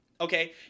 Okay